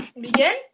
begin